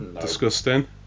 disgusting